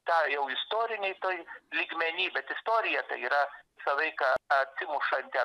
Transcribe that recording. tą jau istorinėj toj lygmeny bet istorija yra visą laiką atsimušanti